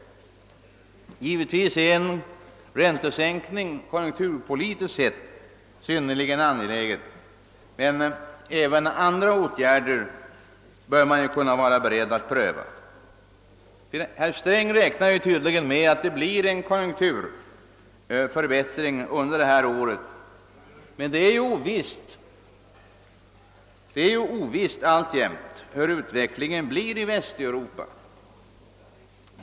Givetvis är en räntesänkning konjunkturpolitiskt sett synnerligen angelägen, men man bör vara beredd att pröva även andra åtgärder. Herr Sträng räknar tydligen med att vi skall få en konjunkturförbättring under innevarande år, men det är alltjämt ovisst hur utvecklingen blir i Västeuropa.